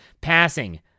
Passing